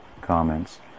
comments